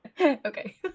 okay